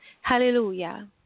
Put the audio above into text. Hallelujah